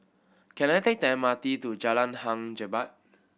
can I take the M R T to Jalan Hang Jebat